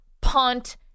punt